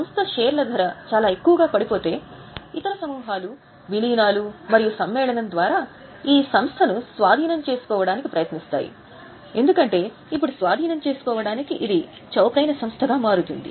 సంస్థ షేర్ల ధర చాలా ఎక్కువగా పడిపోతే ఇతర సమూహాలు విలీనాలు మరియు సమ్మేళనం ద్వారా ఈ ఈ సంస్థను స్వాధీనం చేసుకోవడానికి ప్రయత్నిస్తాయి ఎందుకంటే ఇప్పుడు స్వాధీనం చేసుకోవటానికి ఇది చౌకైన సంస్థగా మారుతుంది